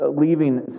leaving